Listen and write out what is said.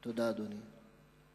תודה, אדוני.